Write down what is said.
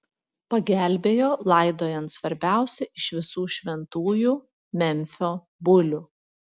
pagelbėjo laidojant svarbiausią iš visų šventųjų memfio bulių